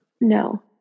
No